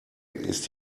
ist